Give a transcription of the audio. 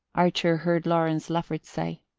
archer heard lawrence lefferts say,